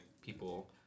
people